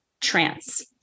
trance